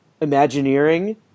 Imagineering